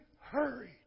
hurried